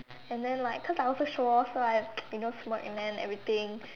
and then like cause I also show off lah you know smirk and then everything